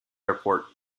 airport